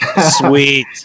Sweet